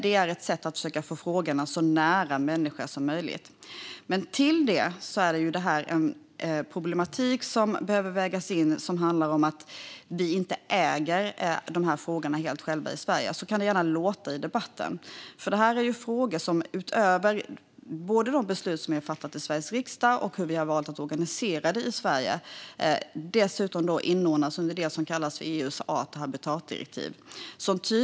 Det är ett sätt att försöka få frågorna så nära människor som möjligt. Till det finns en problematik som behöver vägas in. Det handlar om att vi inte äger de här frågorna helt själva i Sverige. Så kan det gärna låta i debatten. Utöver de beslut som har fattats i Sveriges riksdag och hur vi har valt att organisera är det frågor som inordnas under det som kallas för EU:s art och habitatdirektiv.